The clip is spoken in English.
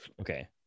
Okay